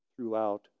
throughout